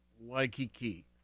Waikiki